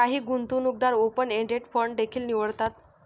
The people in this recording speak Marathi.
काही गुंतवणूकदार ओपन एंडेड फंड देखील निवडतात